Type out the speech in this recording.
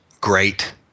great